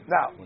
Now